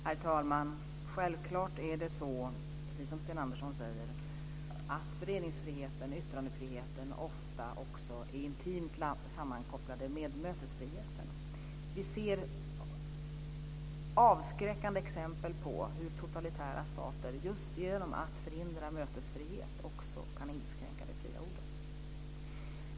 Herr talman! Självklart är det precis som Sten Andersson säger att föreningsfriheten och yttrandefriheten ofta också är intimt sammankopplade med mötesfriheten. Vi ser avskräckande exempel på hur totalitära stater just genom att förhindra mötesfrihet också kan inskränka det fria ordet.